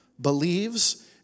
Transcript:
believes